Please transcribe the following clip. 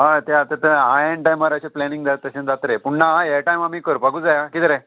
हय तें आतां तें हांयेन एन्ड टायमार अशें प्लॅनिंग जालें तशें जाता रे पूण ना हा हे टायम आमी करपाकूच जाय आं कितें रे